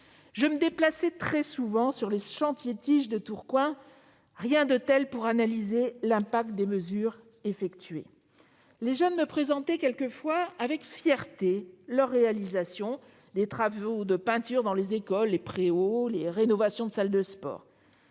Je me déplaçais très souvent sur les chantiers TIG de Tourcoing- rien de tel pour analyser l'impact des mesures réalisées ! -et les jeunes me présentaient quelques fois avec fierté leurs réalisations- travaux de peinture dans les écoles, rénovations de salles de sport,